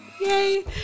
yay